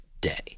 day